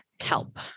help